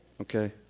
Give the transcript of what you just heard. Okay